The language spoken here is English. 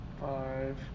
Five